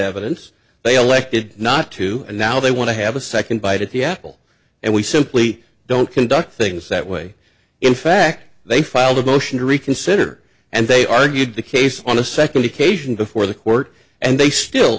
evidence they elected not to and now they want to have a second bite at the apple and we simply don't conduct things that way in fact they filed a motion to reconsider and they argued the case on a second occasion before the court and they still